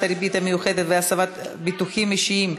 הריבית המיוחדת והוספת ביטוחים אישיים),